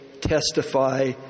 testify